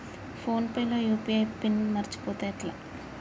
Phone pay లో UPI PIN మరచిపోతే ఎట్లా?